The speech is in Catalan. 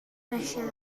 reixac